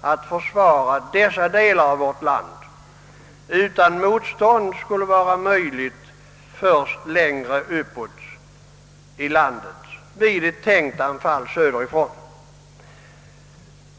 att försvara dessa delar av vårt land, utan motstånd skulle vara möjligt först längre uppåt i landet vid ett tänkt anfall söderifrån.